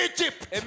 Egypt